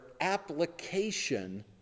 application